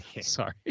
Sorry